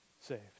saved